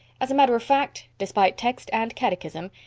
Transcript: as a matter of fact, despite text and catechism,